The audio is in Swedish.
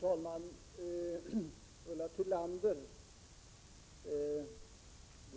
Fru talman!